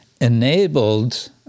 enabled